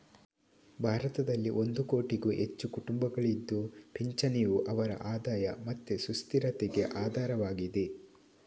ಭಾರತದಲ್ಲಿ ಒಂದು ಕೋಟಿಗೂ ಹೆಚ್ಚು ಕುಟುಂಬಗಳಿದ್ದು ಪಿಂಚಣಿಯು ಅವರ ಆದಾಯ ಮತ್ತೆ ಸುಸ್ಥಿರತೆಗೆ ಆಧಾರವಾಗಿದೆ